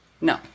No